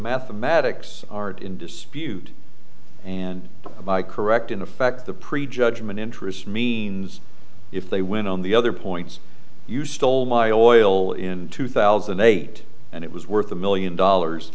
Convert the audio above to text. mathematics are in dispute and by correct in effect the pre judgment interest means if they win on the other points you stole my oil in two thousand and eight and it was worth a million dollars